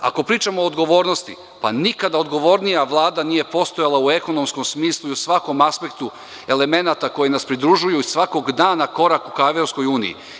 Ako pričamo o odgovornosti, nikada odgovornija Vlada nije postojala u ekonomskom smislu i u svakom aspektu elemenata koji nas pridružuju, svakog dana, korak ka EU.